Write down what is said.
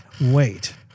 wait